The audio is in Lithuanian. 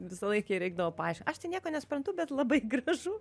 visąlaik jai reikdavo paaiškint aš tai nieko nesuprantu bet labai gražu